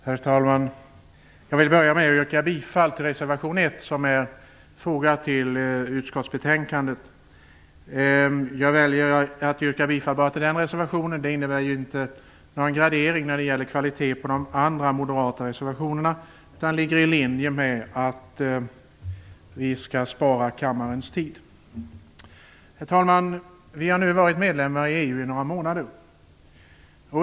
Herr talman! Jag vill börja med att yrka bifall till reservation 1 som är fogad till utskottsbetänkandet. Jag väljer att yrka bifall bara till den reservationen, och det innebär inte någon gradering av kvaliteten på de andra moderata reservationerna, utan det ligger i linje med att vi skall spara kammarens tid. Herr talman! Vi har nu varit medlemmar i EU i några månader.